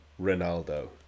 Ronaldo